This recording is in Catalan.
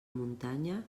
muntanya